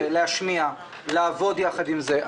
להשמיע, לעבוד יחד עם זה.